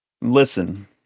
Listen